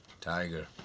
Tiger